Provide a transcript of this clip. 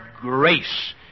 grace